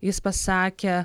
jis pasakė